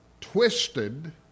twisted